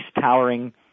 towering